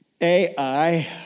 AI